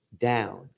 down